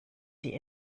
die